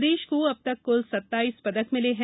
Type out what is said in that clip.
प्रदेश को अब तक कुल सत्ताइस पदक मिले हैं